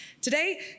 Today